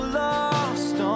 lost